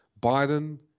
Biden